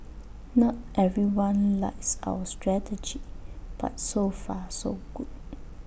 not everyone likes our strategy but so far so good